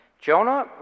Jonah